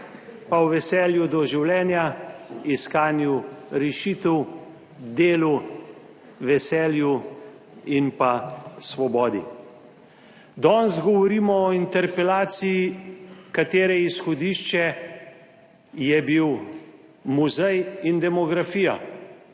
pa v veselju do življenja, iskanju rešitev, delu, veselju in pa svobodi. Danes govorimo o interpelaciji, katere izhodišče je bil muzej in demografija.